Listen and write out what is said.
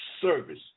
service